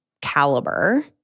caliber